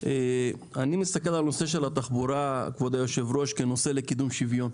אני מסתכל על הנושא של התחבורה כנושא לקידום שוויון.